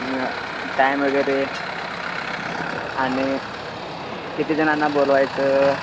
न टाईम वगैरे आणि किती जणांना बोलवायचं